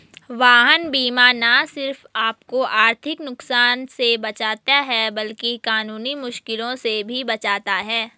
वाहन बीमा न सिर्फ आपको आर्थिक नुकसान से बचाता है, बल्कि कानूनी मुश्किलों से भी बचाता है